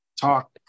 talk